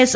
S